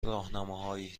راهنماهایی